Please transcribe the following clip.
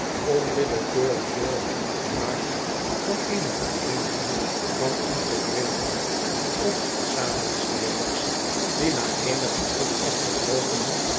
onwillekeurig deel hadden gemaakt van eene vereonigingvan ontevredenen of samenzweerders die na eenigeonafgebrokene